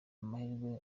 amahirwe